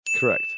Correct